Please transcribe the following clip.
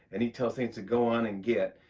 and he tells things to go on and git.